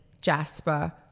jasper